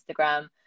Instagram